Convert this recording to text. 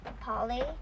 Polly